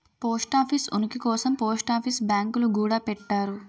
post office ఉనికి కోసం post office బ్యాంకులు గూడా పెట్టారు